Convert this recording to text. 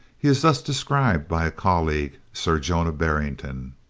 he is thus described by a colleague, sir jonah barrington